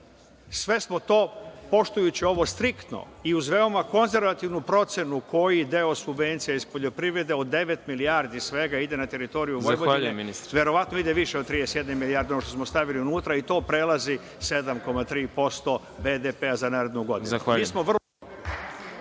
smo to, poštujući to, striktno i uz veoma konzervativnu procenu koji deo subvencija iz poljoprivrede od devet milijardi svega ide na teritoriju Vojvodine. Verovatno ide više od 31 milijarde ovo što smo stavili unutra i to prelazi 7,3 BDP ta narednu godinu.